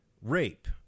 rape